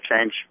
Change